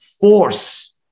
force